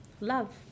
love